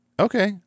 Okay